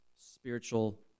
spiritual